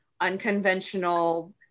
unconventional